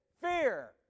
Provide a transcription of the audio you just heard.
fear